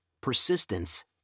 persistence